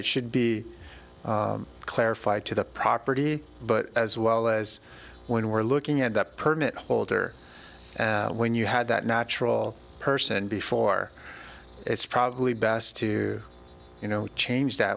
it should be clarified to the property but as well as when we're looking at the permit holder when you had that natural person before it's probably best to you know change